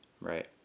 Right